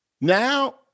Now